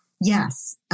yes